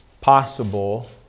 possible